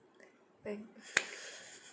bank